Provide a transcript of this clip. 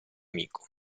amico